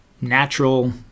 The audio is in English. natural